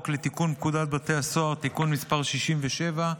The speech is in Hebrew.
לתיקון פקודת בתי הסוהר (תיקון מס' 67),